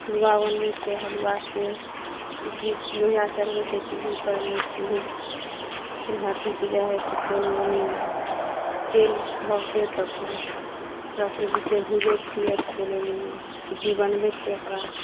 हलुआ बनबै छियै हलुआके सुज्जी लोहिया चढ़बै छियै चुल्ही परमे चुल्ही धीप जाइ है तऽ फेन ओहिमे तेल धऽके तऽ फेन ओकरा सुज्जीके भूजै छियै फेन ओहिमे सुज्जी बनबै छियै ओकरा